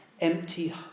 empty